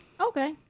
Okay